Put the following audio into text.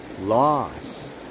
loss